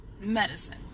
medicine